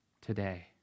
today